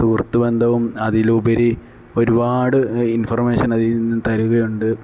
സുഹൃത്ത് ബന്ധവും അതിലുപരി ഒരുപാട് ഇൻഫർമേഷൻ അതിൽ നിന്നും തരികയുണ്ട്